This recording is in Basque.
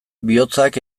bihotzak